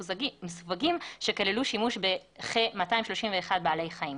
מסווגים שכללו שימוש בכ-231 בעלי חיים.